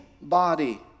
body